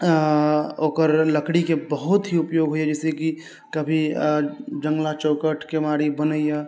ओकर लकड़ीके बहुत ही उपयोग होइया जैसे कि कभी जङ्गला चौकठ केवारी बनैया